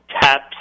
TAPS